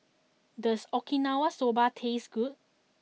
does Okinawa Soba taste good